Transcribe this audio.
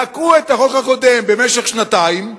תקעו את החוק הקודם במשך שנתיים,